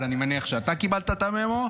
אז אני מניח שאתה קיבלת את ה-memo,